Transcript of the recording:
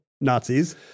Nazis